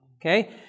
Okay